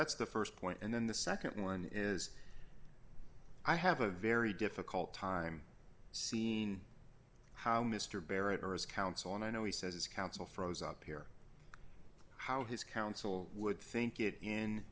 that's the st point and then the nd one is i have a very difficult time seeing how mr barrett or his counsel and i know he says his counsel froze up here how his counsel would think it in